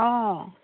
অঁ